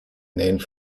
named